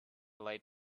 light